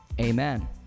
Amen